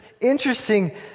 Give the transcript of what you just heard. interesting